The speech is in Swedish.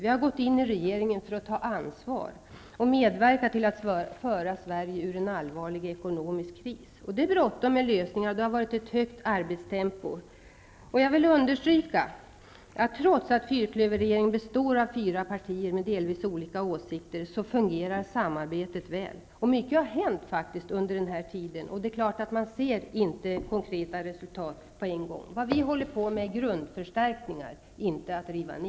Vi har gått med i regeringen för att ta ansvar och medverka till att föra Sverige ur en allvarlig ekonomisk kris. Det är bråttom med lösningarna, och det har varit ett högt arbetstempo. Jag vill understryka att samarbetet inom regeringen fungerar väl, trots att den består av fyra partier med delvis olika åsikter. Mycket har faktiskt hänt under den här tiden. Det är klart att man inte kan se konkreta resultat på en gång. Vad vi håller på med är grundförstärkningar, inte nedrivning.